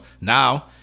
now